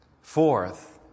Fourth